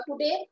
today